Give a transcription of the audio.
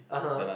(uh huh)